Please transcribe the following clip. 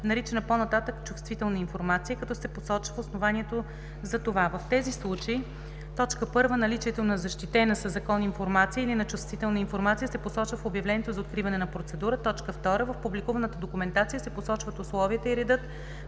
наричана по-нататък „чувствителна информация“, като се посочва основанието за това. В тези случаи: 1. наличието на защитена със закон информация или на чувствителна информация се посочва в обявлението за откриване на процедурата; 2. в публикуваната документация се посочват условията и редът,